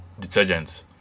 detergents